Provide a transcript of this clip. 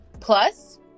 Plus